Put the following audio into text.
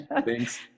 Thanks